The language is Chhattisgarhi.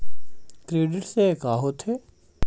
क्रेडिट से का होथे?